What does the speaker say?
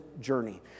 journey